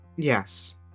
Yes